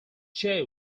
jay